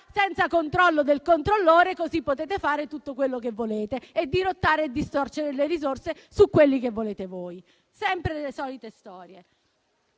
senza controllo del controllore, così potete fare tutto quello che volete, e dirottare e distorcere le risorse su quello che volete voi. Le solite storie!